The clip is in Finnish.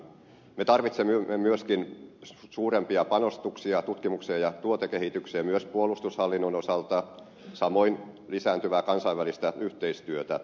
me tarvitsemme myöskin suurempia panostuksia tutkimukseen ja tuotekehitykseen myös puolustushallinnon osalta samoin lisääntyvää kansainvälistä yhteistyötä